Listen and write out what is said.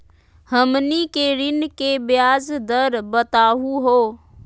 हमनी के ऋण के ब्याज दर बताहु हो?